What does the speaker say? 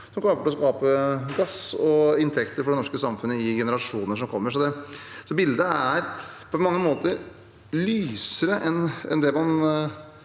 som kommer til å skape gassinntekter for det norske samfunnet i generasjoner som kommer. Bildet er på mange måter lysere enn det man